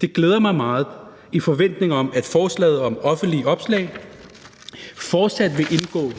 Det glæder mig meget – i forventning om, at forslaget om offentlige opslag fortsat vil indgå